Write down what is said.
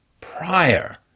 prior